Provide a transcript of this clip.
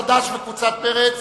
קבוצת חד"ש וקבוצת מרצ